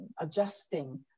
adjusting